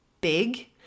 big